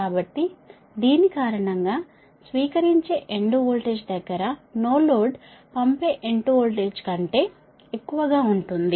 కాబట్టి దీని కారణంగా స్వీకరించే ఎండ్ వోల్టేజ్ దగ్గర నో లోడ్ పంపే ఎండ్ వోల్టేజ్ కంటే ఎక్కువగా ఉంటుంది